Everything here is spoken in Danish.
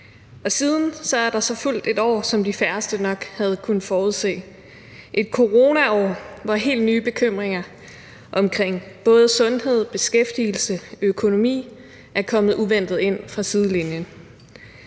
og siden er der så fulgt et år, som de færreste nok havde kunnet forudse – et coronaår, hvor helt nye bekymringer omkring både sundhed, beskæftigelse og økonomi er kommet uventet ind fra sidelinjen.